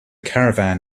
caravan